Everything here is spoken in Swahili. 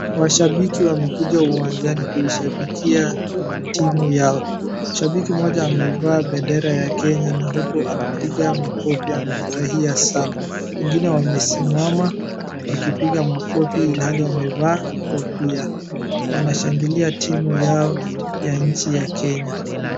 Washabiki wamekuja uwanjani kuishabikia timu yao, shabiki mmoja amevaa bendera ya Kenya na huku anapiga makofi amefurahia sana .Wengine wamesimama wakipiga makofi ilhali wamevaa kofia wanshangilia timu yao y a nchi ya Kenya.